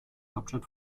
hauptstadt